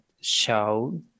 show